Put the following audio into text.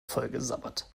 vollgesabbert